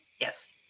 Yes